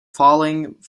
falling